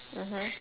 mmhmm